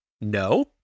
No